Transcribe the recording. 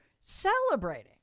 celebrating